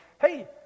Hey